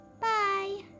Bye